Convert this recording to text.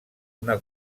una